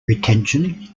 retention